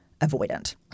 avoidant